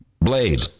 Blade